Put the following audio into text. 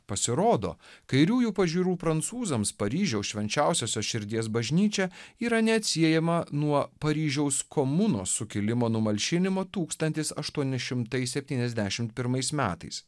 pasirodo kairiųjų pažiūrų prancūzams paryžiaus švenčiausiosios širdies bažnyčia yra neatsiejama nuo paryžiaus komunos sukilimo numalšinimo tūkstantis aštuoni šimtai septyniasdešimt pirmais metais